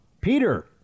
Peter